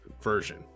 version